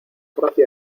gracia